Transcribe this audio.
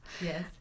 Yes